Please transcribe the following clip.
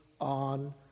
on